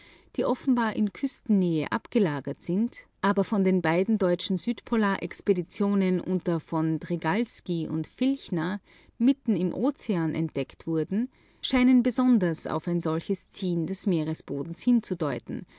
die offenbar in küstennähe abgelagert sind aber von der valdivia expedition und von der deutschen südpolar expedition unter v drygalski mitten im ozean entdeckt wurden scheinen besonders auf ein solches ziehen des meeresbodens hinzudeuten